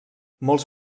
molts